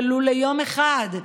ולו ליום אחד,